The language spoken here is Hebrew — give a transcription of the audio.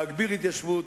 להגביר התיישבות,